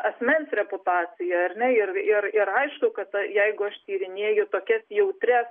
asmens reputacija ar ne ir ir aišku kad jeigu aš tyrinėju tokias jautrias